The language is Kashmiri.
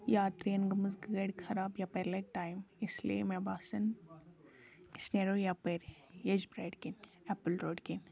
یاترِیَن گٔمٕژ گٲڑِۍ خراب یپٲری لگہٕ ٹایِم اس لیے مےٚ باسان أسۍ نیٚرو یپٲری یجبرار کِنۍ ایٚپٕل روڑ کِنۍ